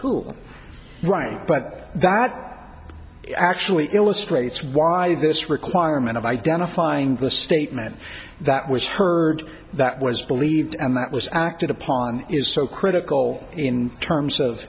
cool right but that actually illustrates why this requirement of identifying the statement that was heard that was believed and that was acted upon is so critical in terms of